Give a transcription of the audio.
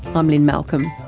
um lynne malcolm.